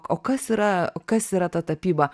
o kas yra kas yra ta tapyba